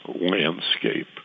landscape